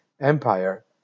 empire